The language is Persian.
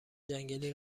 جنگلی